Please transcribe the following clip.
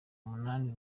umunani